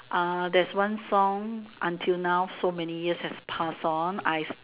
uh that's one song until now so many years has passed on I